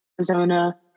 Arizona